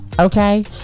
okay